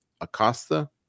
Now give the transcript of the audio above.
Acosta